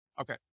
Okay